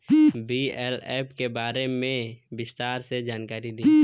BLF के बारे में विस्तार से जानकारी दी?